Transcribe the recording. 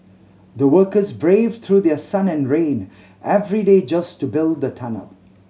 the workers braved through their sun and rain every day just to build the tunnel